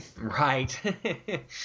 Right